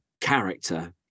character